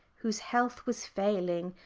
whose health was failing,